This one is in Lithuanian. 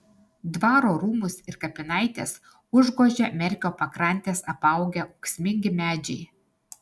dvaro rūmus ir kapinaites užgožia merkio pakrantes apaugę ūksmingi medžiai